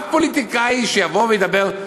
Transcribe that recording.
אף פוליטיקאי שידבר,